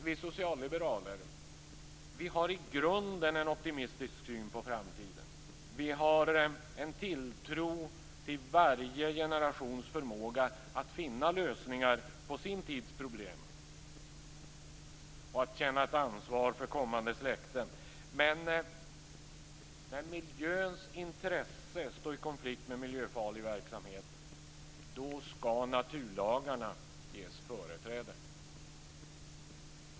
Vi socialliberaler har i grunden en optimistisk syn på framtiden och en tilltro till varje generations förmåga att finna lösningar på sin tids problem och att känna ett ansvar för kommande släkten. Men när miljöns intresse står i konflikt med miljöfarlig verksamhet skall naturlagarna ges företräde.